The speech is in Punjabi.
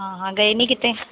ਹਾਂ ਹਾਂ ਗਏ ਨਹੀਂ ਕਿਤੇ